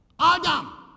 Adam